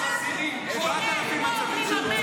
7,000 הצווים שהוצאו לחרדים